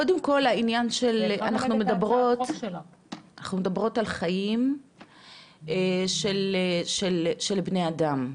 קודם כל העניין, אנחנו מדברות על חיים של בני אדם.